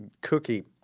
cookie